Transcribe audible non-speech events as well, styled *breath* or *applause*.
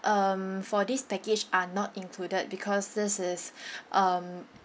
um for this package are not included because this is *breath* um